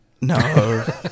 No